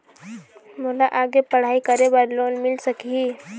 मोला आगे पढ़ई करे बर लोन मिल सकही?